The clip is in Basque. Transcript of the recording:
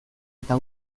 eta